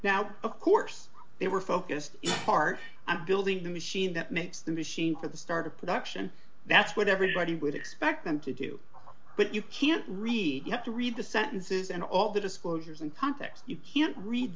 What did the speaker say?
now of course they were focused in part of building the machine that makes the machine for the start of production that's what everybody would expect them to do but you can't read you have to read the sentences and all the disclosures and context you can't read